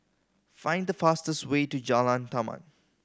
find the fastest way to Jalan Taman